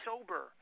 sober